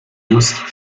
just